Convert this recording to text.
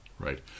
Right